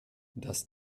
das